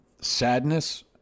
sadness